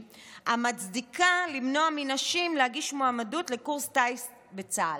המצדיקה למנוע מנשים להגיש מועמדות לקורס טיס בצה"ל.